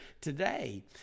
today